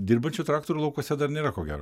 dirbančių traktorių laukuose dar nėra ko gero